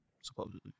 supposedly